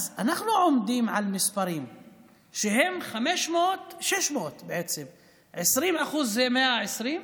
אז אנחנו עומדים על 600. 20% זה 120,